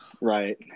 right